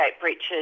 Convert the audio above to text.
breaches